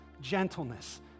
gentleness